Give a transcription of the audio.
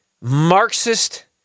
Marxist